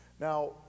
Now